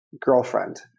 girlfriend